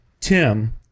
Tim